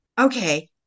okay